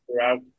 throughout